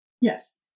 Yes